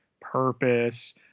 purpose